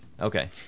Okay